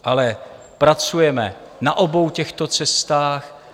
Ale pracujeme na obou těchto cestách.